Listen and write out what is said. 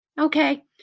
Okay